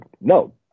No